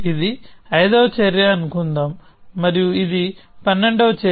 ఇది ఐదవ చర్య అని అనుకుందాం మరియు ఇది పన్నెండవ చర్య